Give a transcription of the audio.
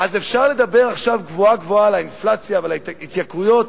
אז אפשר לדבר עכשיו גבוהה-גבוהה על האינפלציה ועל ההתייקרויות,